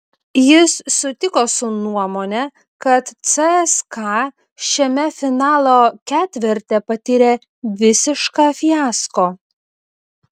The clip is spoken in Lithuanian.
jis sutiko su nuomone kad cska šiame finalo ketverte patyrė visišką fiasko